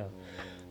oh